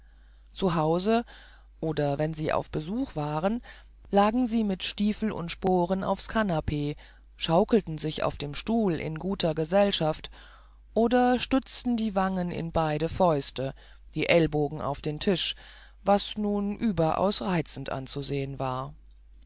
zu hause oder wenn sie auf besuch waren lagen sie mit stiefel und sporen aufs kanapee schaukelten sich auf dem stuhl in guter gesellschaft oder stützten die wangen in beide fäuste die ellbogen aber auf den tisch was nun überaus reizend anzusehen war